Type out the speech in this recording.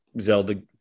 Zelda